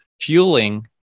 fueling